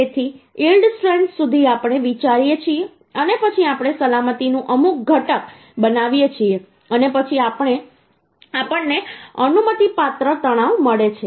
તેથી yield strength સુધી આપણે વિચારીએ છીએ અને પછી આપણે સલામતીનું અમુક ઘટક બનાવીએ છીએ અને પછી આપણને અનુમતિપાત્ર તણાવ મળે છે